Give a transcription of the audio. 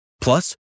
Plus